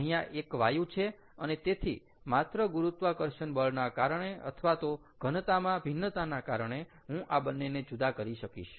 અહીંયા એક વાયુ છે અને તેથી માત્ર ગુરુત્વાકર્ષણ બળના કારણે અથવા તો ઘનતામાં ભિન્નતાના કારણે હું આ બંનેને જુદા કરી શકીશ